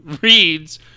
reads